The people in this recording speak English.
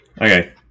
Okay